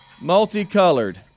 Multicolored